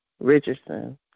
Richardson